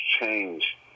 change